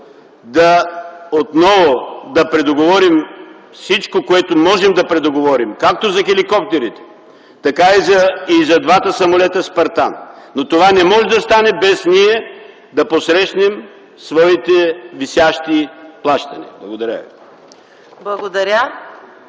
отново да предоговорим всичко, което можем да предоговорим, както за хеликоптерите, така и за двата самолета „Спартан”, но това не може да стане без ние да посрещнем своите висящи плащания. Благодаря.